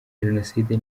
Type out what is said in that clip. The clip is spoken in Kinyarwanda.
jenoside